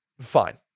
fine